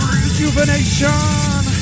Rejuvenation